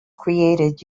created